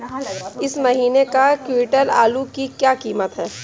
इस महीने एक क्विंटल आलू की क्या कीमत है?